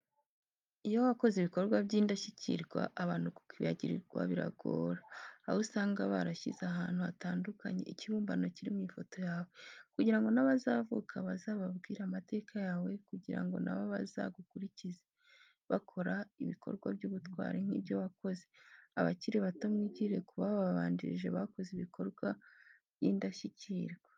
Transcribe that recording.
Iyo wakoze ibikorwa by'intashyikirwa abantu kukwibagirwa birabagora, aho usanga barashyize ahantu hatandukanye ikibumbano kiri mu ifoto yawe, kugira ngo n'abazavuka bazababwire amateka yawe kugira ngo na bo bazagukurikize bakora ibikorwa by'ubutwari nk'ibyo wakoze. Abakiri bato mwigire ku babanjirije bakoze ibikorwa by'intashyikirwa.